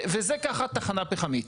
כך היא תחנה פחמית.